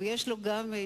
ויש לו ניסיון,